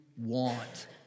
Want